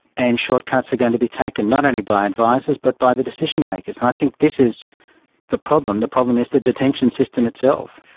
and shortcuts are going to be taken, not only by advisers but by the decision makers. and i think this is the problem. the problem is the detention system itself.